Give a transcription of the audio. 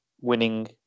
winning